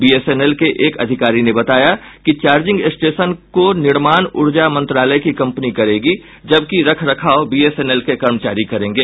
BSNL के एक अधिकारी ने बताया कि चार्जिंग स्टेशन को निर्माण ऊर्जा मंत्रालय की कंपनी करेगी जबकि रख रखाव बीएसएनएल के कर्मचारी करेंगे